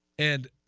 and